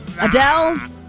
Adele